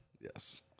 Yes